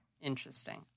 Interesting